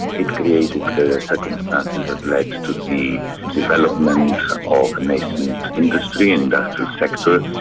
it created the circumstances that led to the development of nascent industry, industrial sector,